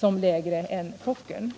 som lägre än Fokkerns.